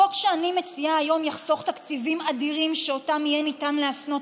החוק שאני מציעה היום יחסוך תקציבים אדירים שאותם יהיה ניתן להפנות